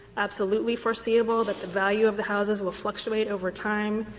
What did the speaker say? absolutely foreseeable that the value of the houses will fluctuate over time.